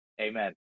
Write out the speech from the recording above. Amen